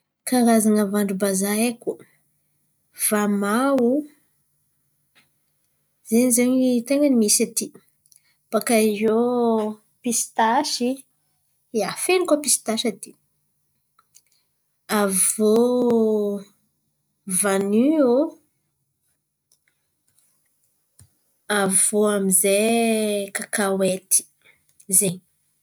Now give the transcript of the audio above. Karazan̈a vandrom-bazàha haiko: vamaho, zay zen̈y ten̈a ny misy aty, bakà eo pistasy ia, feno koa pistasy aty, avy iô eo vanio, avy iô amin'izay kakaoety, zen̈y.